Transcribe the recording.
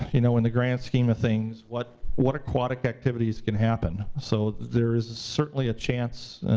you know in the grand scheme of things, what what aquatic activities can happen. so there is certainly a chance,